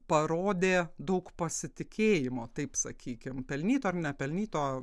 parodė daug pasitikėjimo taip sakykim pelnyto ar nepelnyto